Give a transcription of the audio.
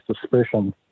suspicion